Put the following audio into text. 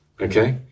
okay